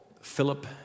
Philip